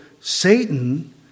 Satan